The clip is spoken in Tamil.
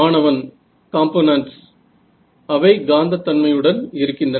மாணவன் காம்போனென்ட்ஸ் அவை காந்தத் தன்மையுடன் இருக்கின்றன